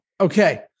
Okay